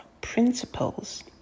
principles